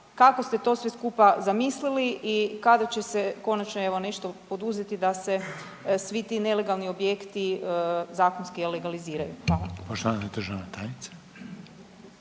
kako ste to sve skupa zamislili i kada će se konačno evo nešto poduzeti da se svi ti nelegalni objekti zakonski legaliziraju? Hvala. **Reiner,